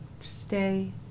stay